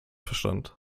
verstand